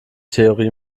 theorie